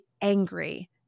angry